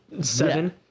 seven